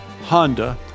Honda